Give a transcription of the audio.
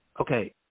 okay